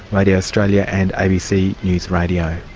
radio australia and abc news radio.